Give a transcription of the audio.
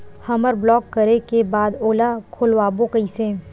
हमर ब्लॉक करे के बाद ओला खोलवाबो कइसे?